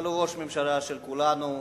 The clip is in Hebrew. אבל הוא ראש ממשלה של כולנו,